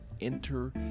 enter